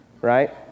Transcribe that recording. Right